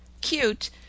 cute